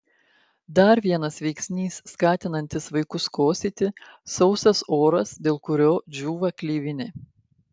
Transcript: dar vienas veiksnys skatinantis vaikus kosėti sausas oras dėl kurio džiūva gleivinė